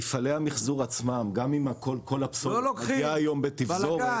מפעלי המחזור עצמם גם אם כל הפסולת מגיעה היום בתפזורת,